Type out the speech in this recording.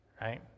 right